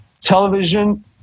Television